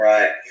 Right